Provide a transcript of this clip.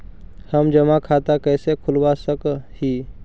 हम जमा खाता कैसे खुलवा सक ही?